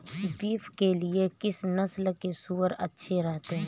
Beef के लिए किस नस्ल के सूअर अच्छे रहते हैं?